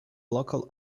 local